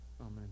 amen